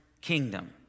kingdom